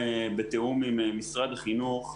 בתיאום עם משרד החינוך,